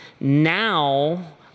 Now